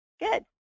good